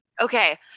okay